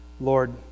Lord